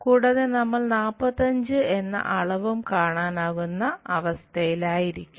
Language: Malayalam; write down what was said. കൂടാതെ നമ്മൾ 45 എന്ന അളവും കാണാനാകുന്ന അവസ്ഥയിലായിരിക്കും